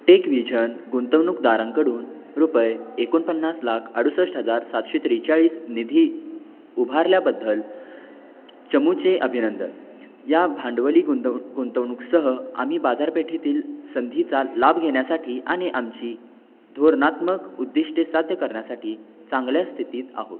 TechVision गुंतवणूक दारांकडून रुपये एकोणपन्नास लाख अडुसष्ट हजार सातशे त्रेचाळीस निधी उभारल्याबद्दल चमूचे अभिनंदन या भांडवली गुंतव गुंतवणूकसह आम्ही बाजारपेठेतील संधीचा लाभ घेण्यासाठी आणि आमची धोरणात्मक उद्दिष्टे साध्य करण्यासाठी चांगल्या स्थितीत आहोत